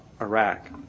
Iraq